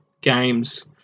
games